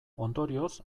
ondorioz